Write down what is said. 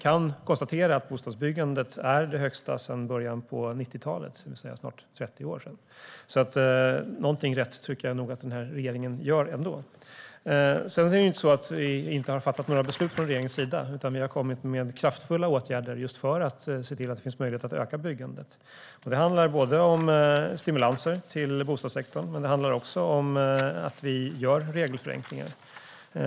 Bostadsbyggandet är nu det högsta sedan 90-talet, alltså på snart 30 år, så någonting rätt tycker jag nog ändå att den här regeringen gör. Sedan är det inte så att vi inte har fattat några beslut från regeringens sida, utan vi har kommit med kraftfulla åtgärder för att se till att det finns möjlighet att öka byggandet. Det handlar om stimulanser till bostadssektorn, men det handlar också om regelförenklingar.